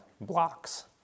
blocks